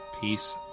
Peace